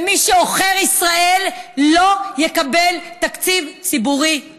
ומי שעוכר ישראל לא יקבל תקציב ציבורי.